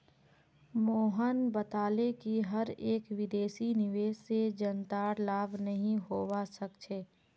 मोहन बताले कि हर एक विदेशी निवेश से जनतार लाभ नहीं होवा सक्छे